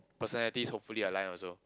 personalities hopefully aligned also